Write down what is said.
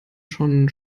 schon